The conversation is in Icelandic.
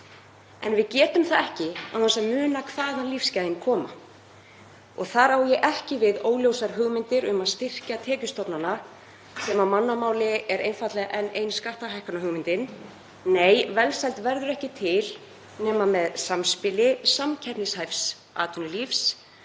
En við getum það ekki án þess að muna hvaðan lífsgæðin koma. Þar á ég ekki við óljósar hugmyndir um að styrkja tekjustofnana sem á mannamáli er einfaldlega enn ein skattahækkunarhugmyndin. Nei, velsæld verður ekki til nema með samspili samkeppnishæfs atvinnulífs